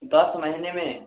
दस महीने में